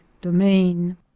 domain